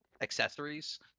accessories